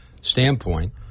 standpoint